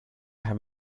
have